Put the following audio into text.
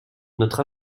notre